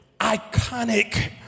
iconic